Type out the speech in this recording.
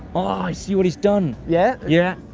ah i see what he's done. yeah? yeah.